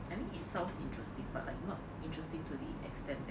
I mean it sounds interesting but like not interesting to the extent that